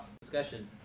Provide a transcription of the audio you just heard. discussion